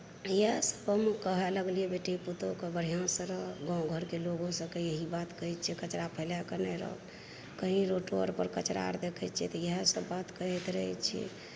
इहए सब हम कहऽ लगलियै बेटी पुतहु कऽ बढ़िआँसँ रह गाँव घरके लोगो सबके बात इहए कहैत छियै कचरा फैलाए कऽ नहि रख कहीं रोटो अर पर कचरा आर देखैत छियै तऽ इहए सब बात कहैत रहैत छियै